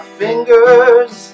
fingers